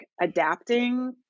adapting